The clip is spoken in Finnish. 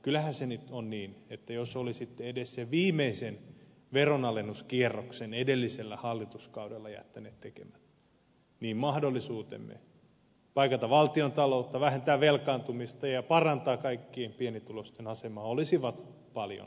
kyllähän se nyt on niin että jos olisitte edes sen viimeisen veronalennuskierroksen edellisellä hallituskaudella jättäneet tekemättä niin mahdollisuutemme paikata valtiontaloutta vähentää velkaantumista ja parantaa kaikkien pienituloisten asemaa olisivat paljon paremmat